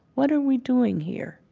what are we doing here?